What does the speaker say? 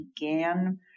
began